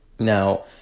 Now